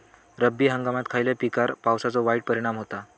रब्बी हंगामात खयल्या पिकार पावसाचो वाईट परिणाम होता?